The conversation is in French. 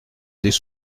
des